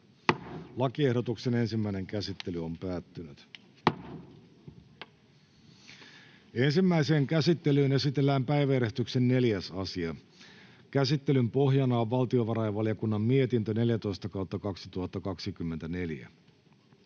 lakiehdotus. — Selonteko ruotsiksi. Ensimmäiseen käsittelyyn esitellään päiväjärjestyksen 4. asia. Käsittelyn pohjana on valtiovarainvaliokunnan mietintö VaVM 14/2024